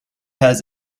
has